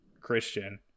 Christian